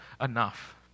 enough